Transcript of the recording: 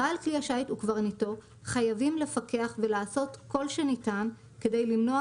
בעל כלי השיט וקברניטו חייבים לפקח ולעשות כל שניתן כדי למנוע